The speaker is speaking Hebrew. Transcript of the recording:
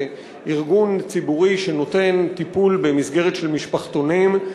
זה ארגון ציבורי שנותן טיפול במסגרת של משפחתונים,